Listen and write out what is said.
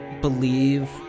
believe